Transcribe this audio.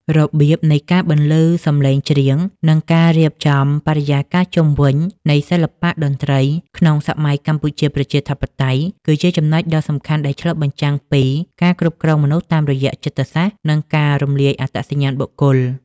របៀបនៃការបន្លឺសំឡេងច្រៀង និងការរៀបចំបរិយាកាសជុំវិញនៃសិល្បៈតន្ត្រីក្នុងសម័យកម្ពុជាប្រជាធិបតេយ្យ គឺជាចំណុចដ៏សំខាន់ដែលឆ្លុះបញ្ចាំងពីការគ្រប់គ្រងមនុស្សតាមរយៈចិត្តសាស្ត្រ និងការរំលាយអត្តសញ្ញាណបុគ្គល។